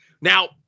Now